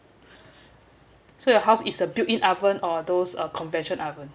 so your house is a built in oven or those uh convention oven